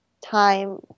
time